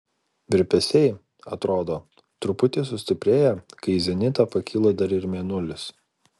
virpesiai atrodo truputį sustiprėja kai į zenitą pakyla dar ir mėnulis